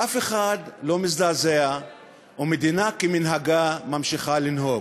ואף אחד לא מזדעזע ומדינה כמנהגה ממשיכה לנהוג.